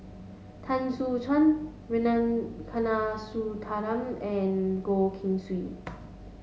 Soon Chuan Rana Kanagasuntheram and Goh Keng Swee